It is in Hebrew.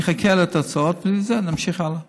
אני אחכה לתוצאות, ומזה נמשיך הלאה.